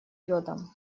йодом